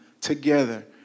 together